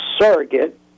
surrogate